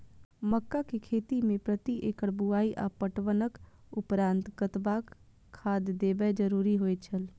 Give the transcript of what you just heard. मक्का के खेती में प्रति एकड़ बुआई आ पटवनक उपरांत कतबाक खाद देयब जरुरी होय छल?